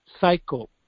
cycle